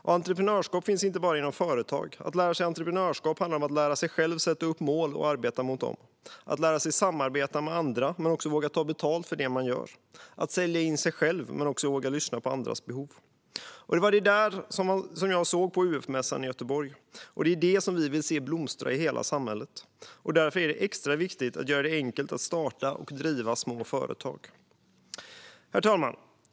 Och entreprenörskap finns inte bara inom företag - att lära sig entreprenörskap handlar om att lära sig att sätta upp mål och arbeta mot dem, att lära sig samarbeta med andra men också att våga ta betalt för det man gör, att sälja in sig själv men också våga lyssna på andras behov. Det var det jag såg på UF-mässan i Göteborg, och det är det vi vill se blomstra i hela samhället. Därför är det extra viktigt att göra det enkelt att starta och driva små företag. Herr talman!